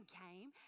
came